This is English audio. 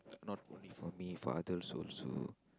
not only for me for others also